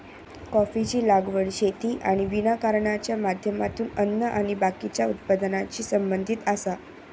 कॉफीची लागवड शेती आणि वानिकरणाच्या माध्यमातून अन्न आणि बाकीच्या उत्पादनाशी संबंधित आसा